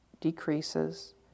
decreases